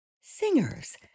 Singers